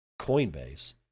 Coinbase